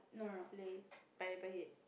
Lay Pineapple Head